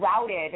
routed